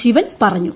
ശിവൻ പറഞ്ഞു